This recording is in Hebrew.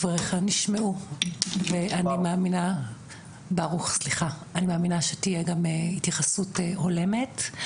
דבריך נשמעו ואני מאמינה שתהיה גם התייחסות הולמת.